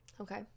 Okay